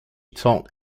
taught